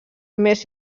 més